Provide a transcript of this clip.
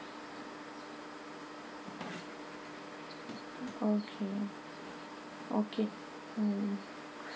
okay okay mm